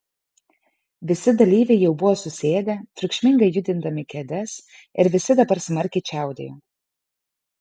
visi dalyviai jau buvo susėdę triukšmingai judindami kėdes ir visi dabar smarkiai čiaudėjo